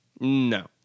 No